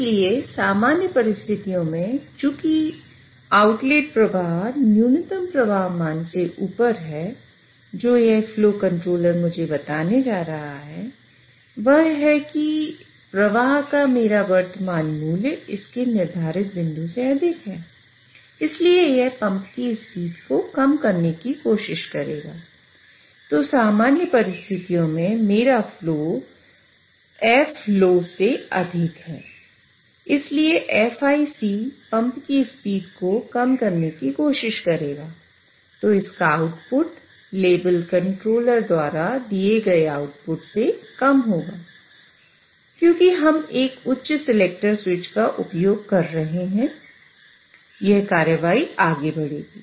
इसलिए सामान्य परिस्थितियों में चूंकि आउटलेट प्रवाह न्यूनतम प्रवाह मान से ऊपर है जो यह फ्लो कंट्रोलर का उपयोग कर रहे हैं यह कार्रवाई आगे बढ़ेगी